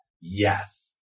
yes